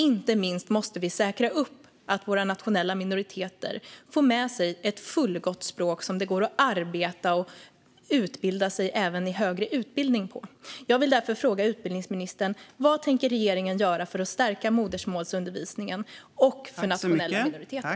Inte minst måste vi säkerställa att våra nationella minoriteter får med sig ett fullgott språk som det går att arbeta med och utbilda sig med även i högre utbildning. Jag vill därför fråga utbildningsministern vad regeringen tänker göra för att stärka modersmålsundervisningen och för nationella minoriteter.